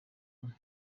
bati